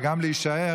וגם להישאר